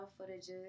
footages